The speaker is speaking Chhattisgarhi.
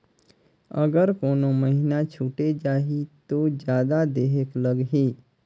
अगर कोनो महीना छुटे जाही तो जादा देहेक लगही?